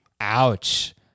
Ouch